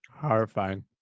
Horrifying